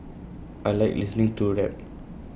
I Like listening to rap